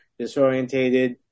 disorientated